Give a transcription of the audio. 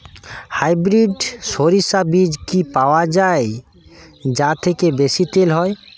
Hybrid শরিষা বীজ কি পাওয়া য়ায় যা থেকে বেশি তেল হয়?